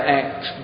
act